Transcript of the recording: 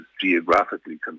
geographically